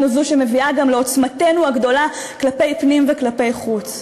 זאת שמביאה גם לעוצמתנו הגדולה כלפי פנים וכלפי חוץ.